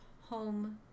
home